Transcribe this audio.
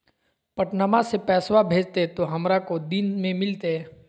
पटनमा से पैसबा भेजते तो हमारा को दिन मे मिलते?